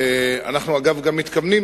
אגב, אנחנו גם מתכוונים,